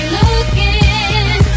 looking